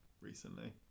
recently